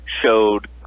showed